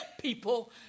people